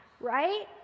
right